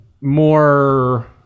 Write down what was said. more